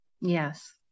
yes